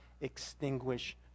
extinguish